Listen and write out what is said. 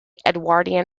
edwardian